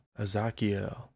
Azakiel